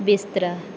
ਬਿਸਤਰਾ